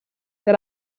that